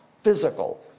physical